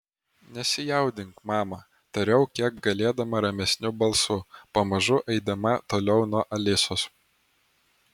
nesijaudink mama tariau kiek galėdama ramesniu balsu pamažu eidama toliau nuo alisos